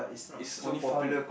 is only found